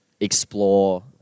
explore